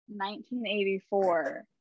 1984